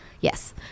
Yes